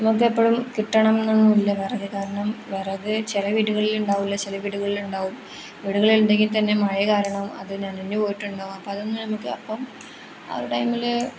നമുക്കെപ്പോഴും കിട്ടണം എന്നൊന്നും ഇല്ല വിറക് കാരണം വിറക് ചില വീടുകളിൽ ഉണ്ടാവില്ല ചില വീടുകളിൽ ഉണ്ടാവും വീടുകളിൽ ഉണ്ടെങ്കിൽ തന്നെ മഴ കാരണം അത് നനഞ്ഞ് പോയിട്ടുണ്ടാവും അപ്പ അതൊന്നും നമുക്ക് അപ്പം ആ ഒരു ടൈമിൽ